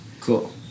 Cool